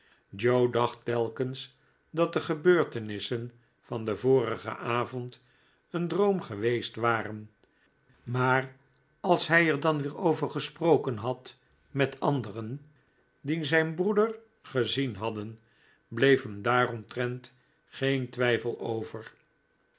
joe dacht telkens dat de gebeurtenissen van den vorigen avond een droom geweest waren maar als hij er dan weer over gesproken had met anderen die zijn broeder gezien hadden bleef hem daaromtrent geen twijfel over